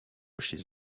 chez